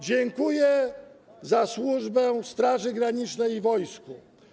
Dziękuję za służbę Straży Granicznej i wojsku.